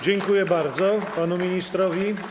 Dziękuję bardzo panu ministrowi.